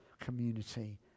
community